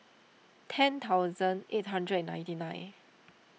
ten thousand eight hundred ninety nine